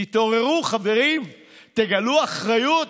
תתעוררו, חברים, תגלו אחריות.